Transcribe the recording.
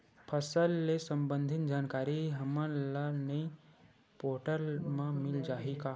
फसल ले सम्बंधित जानकारी हमन ल ई पोर्टल म मिल जाही का?